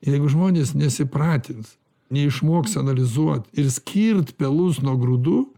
jeigu žmonės nesipratins neišmoks analizuot ir skirt pelus nuo grūdų